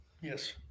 yes